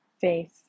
faith